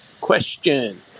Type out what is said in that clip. Question